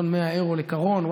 1.1 מיליון אירו לקרון,